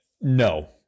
No